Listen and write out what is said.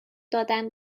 دادن